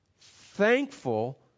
thankful